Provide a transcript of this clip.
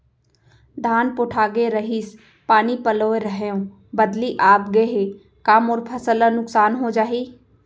धान पोठागे रहीस, पानी पलोय रहेंव, बदली आप गे हे, का मोर फसल ल नुकसान हो जाही?